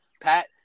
Pat